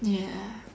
ya